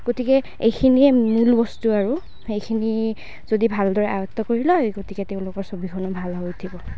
গতিকে এইখিনিয়ে মূল বস্তু আৰু এইখিনি যদি ভালদৰে আয়ত্ব কৰি লয় গতিকে তেওঁলোকৰ ছবিসমূহ ভাল হৈ উঠিব